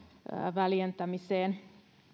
väljentämiseen